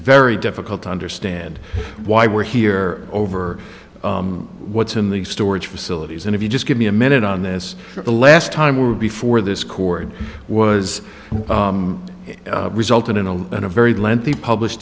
very difficult to understand why we're here over what's in these storage facilities and if you just give me a minute on this the last time we were before this chord was it resulted in a in a very lengthy publish